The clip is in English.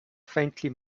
faintly